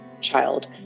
child